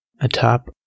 atop